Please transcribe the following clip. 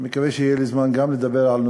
ואני מקווה שיהיה לי זמן גם לדבר עליו,